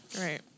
Right